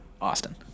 austin